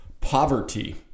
poverty